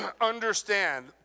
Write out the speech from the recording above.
understand